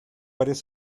varias